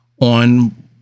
on